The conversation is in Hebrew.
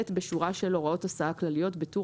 בשורה של "הוראת הסעה כלליות" בטור